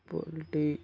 poultry